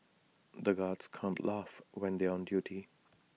the guards can't laugh when they are on duty